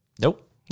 Nope